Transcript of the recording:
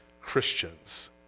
Christians